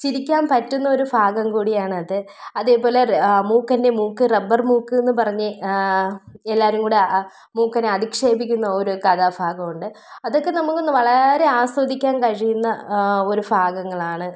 ചിരിക്കാൻ പറ്റുന്ന ഒരു ഭാഗം കൂടിയാണത് അതേപോലെ മൂക്കൻ്റെ മൂക്ക് റബ്ബർ മൂക്കെന്ന് പറഞ്ഞ് എല്ലാവരും കൂടി മൂക്കനെ അധിക്ഷേപിക്കുന്ന ഒരു കഥാഭാഗം ഉണ്ട് അതൊക്കെ നമുക്ക് വളരെ ആസ്വദിക്കാൻ കഴിയുന്ന ഒരു ഭാഗങ്ങളാണ്